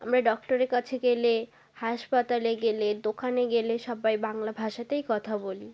আমরা ডক্টরের কাছে গেলে হাসপাতালে গেলে দোকানে গেলে সব্বাই বাংলা ভাষাতেই কথা বলি